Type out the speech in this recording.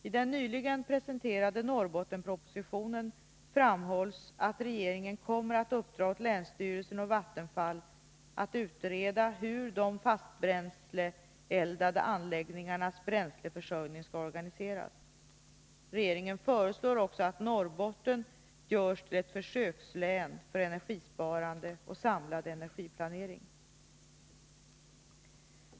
I den nyligen presenterade Norrbottenspropositionen framhålls att regeringen kommer att uppdra åt länsstyrelsen och Vattenfall att utreda hur de fastbränsleeldade anläggningarnas bränsleförsörjning skall organiseras. Regeringen föreslår också att Norrbotten görs till ett försökslän för energisparande och samlad energiplanering.